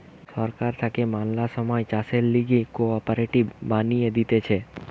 সরকার থাকে ম্যালা সময় চাষের লিগে কোঅপারেটিভ বানিয়ে দিতেছে